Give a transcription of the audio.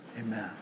amen